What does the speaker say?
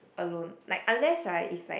alone like unless right is like